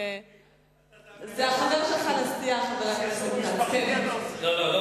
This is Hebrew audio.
חבר הכנסת כץ הוא חבר שלך לסיעה,